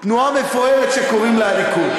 תנועה מפוארת שקוראים לה הליכוד.